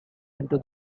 into